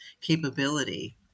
capability